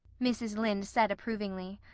mrs. lynde said approvingly.